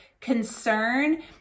concern